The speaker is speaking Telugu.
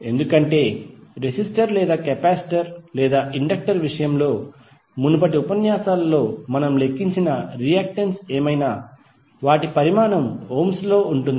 ఎందుకంటే రెసిస్టర్ లేదా కెపాసిటర్ లేదా ఇండక్టర్ విషయంలో మునుపటి ఉపన్యాసాలలో మనం లెక్కించిన రియాక్టెన్స్ ఏమైనా వాటి పరిమాణం ఓమ్స్ Ohms లలో ఉంది